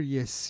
Yes